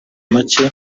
make